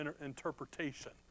interpretation